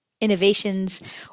innovations